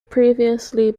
previously